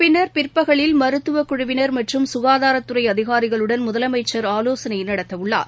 பின்னர் பிற்பகலில் மருத்துவக் குழுவினர் மற்றும் சுகாதாரத்துறை அதிகாரிகளுடன் முதலமைச்சர் ஆலோசனை நடத்தவுள்ளார்